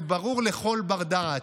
זה ברור לכל בר-דעת.